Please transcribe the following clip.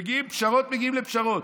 מגיעים לפשרות, מגיעים לפשרות.